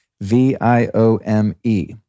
V-I-O-M-E